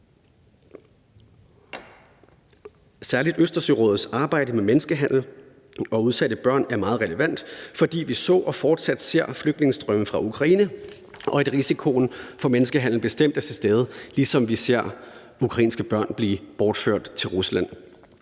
Særlig Østersørådets arbejde med menneskehandel og udsatte børn er meget relevant, fordi vi så og fortsat ser flygtningestrømme fra Ukraine og risikoen for menneskehandel bestemt er til stede, ligesom vi ser ukrainske børn blive bortført til Rusland.